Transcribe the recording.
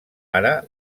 ara